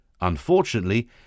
Unfortunately